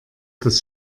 das